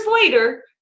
later